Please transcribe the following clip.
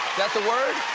that the word?